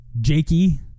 Jakey